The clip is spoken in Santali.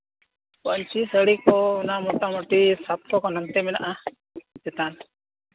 ᱯᱟᱹᱧᱪᱤ ᱥᱟᱹᱲᱤ ᱠᱚ ᱢᱳᱴᱟᱢᱩᱴᱤ ᱯᱟᱸᱥᱥᱳ ᱠᱷᱚᱱ ᱦᱟᱱᱛᱮ ᱢᱮᱱᱟᱜᱼᱟ ᱪᱮᱛᱟᱱ